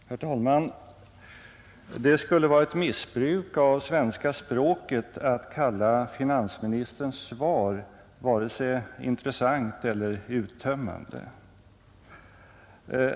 Herr talman! Det skulle vara ett missbruk av svenska språket att kalla finansministerns svar vare sig intressant eller uttömmande.